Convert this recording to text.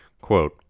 Quote